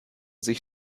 sich